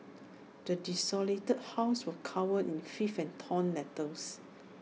the desolated house was covered in filth and torn letters